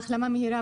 החלמה מהירה